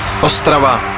Ostrava